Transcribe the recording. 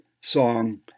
song